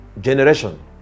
generation